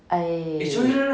I